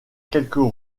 quelques